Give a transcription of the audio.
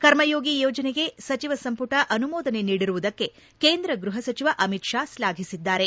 ಕರ್ಮಯೋಗಿ ಯೋಜನೆಗೆ ಸಚಿವ ಸಂಪುಟ ಅನುಮೋದನೆ ನೀಡಿರುವುದಕ್ಕೆ ಕೇಂದ್ರ ಗ್ವಹ ಸಚಿವ ಅಮಿತ್ ಶಾ ಶ್ವಾಘಿಸಿದ್ದಾರೆ